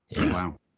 Wow